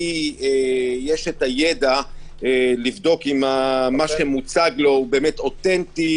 יש הידע לבדוק אם מה שמוצג לו הוא באמת אותנטי,